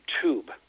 tube